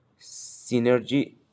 synergy